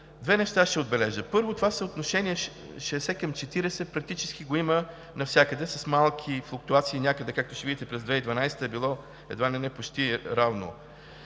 Две неща ще отбележа. Първо, това съотношение 60 към 40 практически го има навсякъде, с малки пунктуации някъде, както ще видите през 2012 г. е било едва ли не почти равно.